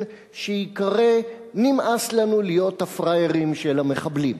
שייקרא: "נמאס לנו להיות הפראיירים של המחבלים".